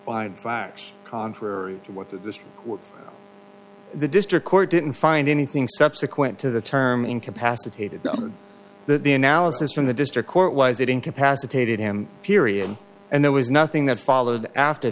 find in fact contrary to what the the district court didn't find anything subsequent to the term incapacitated that the analysis from the district court was it incapacitated him period and there was nothing that followed after